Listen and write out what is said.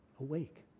Awake